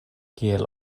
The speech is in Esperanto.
kiel